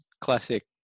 classic